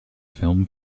film